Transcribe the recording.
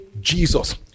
Jesus